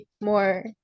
more